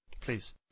Please